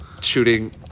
shooting